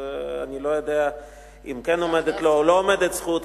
אני לא יודע אם כן עומדת לו או לא עומדת לו זכות,